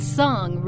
song